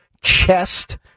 chest